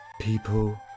people